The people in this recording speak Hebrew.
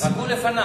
רק הוא לפני.